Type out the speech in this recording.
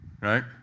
right